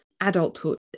adulthood